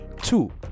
Two